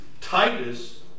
Titus